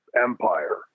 empire